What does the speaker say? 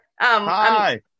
hi